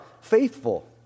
faithful